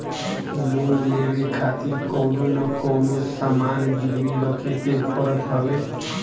loan लेवे खातिर कवनो न कवनो सामान गिरवी रखे के पड़त हवे